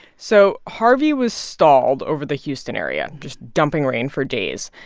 so harvey was stalled over the houston area, just dumping rain for days.